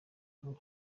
nkuru